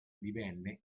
divenne